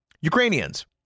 Ukrainians